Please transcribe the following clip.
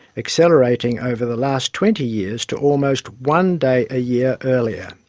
accelerating over the last twenty years to almost one day a year earlier.